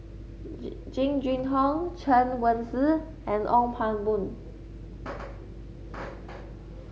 Ji Jing Jun Hong Chen Wen Hsi and Ong Pang Boon